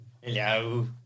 Hello